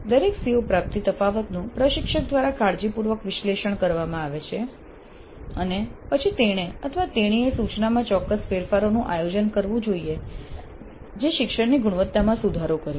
દરેક CO પ્રાપ્તિ તફાવતનું પ્રશિક્ષક દ્વારા કાળજીપૂર્વક વિશ્લેષણ કરવામાં આવે છે અને પછી તેણે અથવા તેણીએ સૂચનામાં ચોક્કસ ફેરફારોનું આયોજન કરવું જોઈએ જે શિક્ષણની ગુણવત્તામાં સુધારો કરે